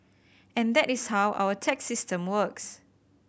and that is how our tax system works